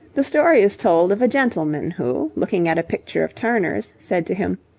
the story is told of a gentleman who, looking at a picture of turner's, said to him,